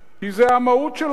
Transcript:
כי זה המהות שלנו.